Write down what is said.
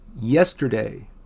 yesterday